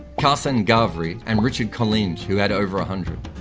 karsan ghavri, and richard collinge who had over a hundred.